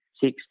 six